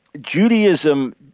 Judaism